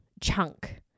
chunk